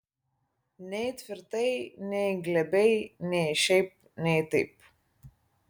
nei tvirtai nei glebiai nei šiaip nei taip